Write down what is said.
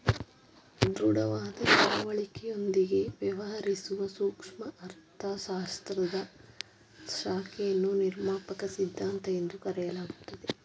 ದೃಢವಾದ ನಡವಳಿಕೆಯೊಂದಿಗೆ ವ್ಯವಹರಿಸುವ ಸೂಕ್ಷ್ಮ ಅರ್ಥಶಾಸ್ತ್ರದ ಶಾಖೆಯನ್ನು ನಿರ್ಮಾಪಕ ಸಿದ್ಧಾಂತ ಎಂದು ಕರೆಯಲಾಗುತ್ತದೆ